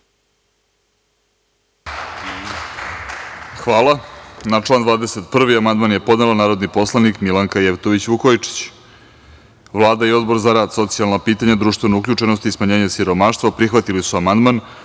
Hvala. Na član 21. amandman je podnela narodni poslanik Milanka Jevtović Vukojičić. Vlada i Odbor za rad, socijalna pitanja, društvenu uključenost i smanjenje siromaštva prihvatili su amandman,